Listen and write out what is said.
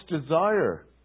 desire